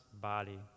body